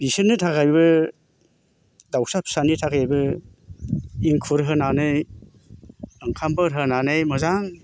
बिसोरनो थाखायबो दावसा फिसानि थाखायबो इंखुर होनानै ओंखामफोर होनानै मोजां